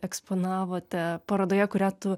eksponavote parodoje kurią tu